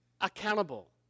accountable